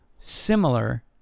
similar